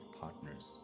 partners